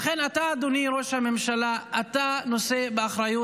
לכן אתה, אדוני ראש הממשלה, אתה נושא באחריות.